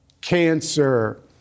cancer